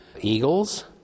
eagles